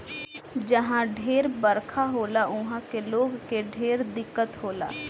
जहा ढेर बरखा होला उहा के लोग के ढेर दिक्कत होला